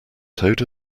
toad